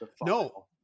no